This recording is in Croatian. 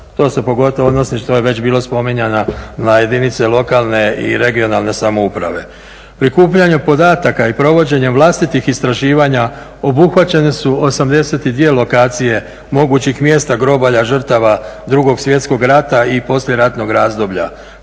To se pogotovo odnosi, što je već bilo spominjano, na jedinice lokalne i regionalne samouprave. Prikupljanjem podataka i provođenjem vlastitih istraživanja obuhvaćene su 82 lokacije mogućih mjesta grobalja žrtava 2. svjetskog rata i poslijeratnog razdoblja